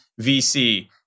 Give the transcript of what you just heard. VC